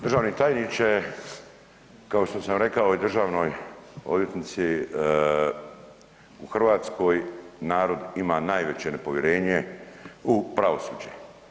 Državni tajniče kao što sam rekao i državnoj odvjetnici u Hrvatskoj narod ima najveće nepovjerenje u pravosuđe.